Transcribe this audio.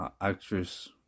actress